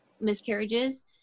miscarriages